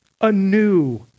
anew